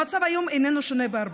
המצב היום אינו שונה בהרבה.